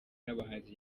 n’abahanzi